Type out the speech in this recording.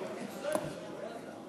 אז הסמכות מסורה לשר הפנים.